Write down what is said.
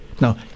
Now